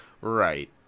right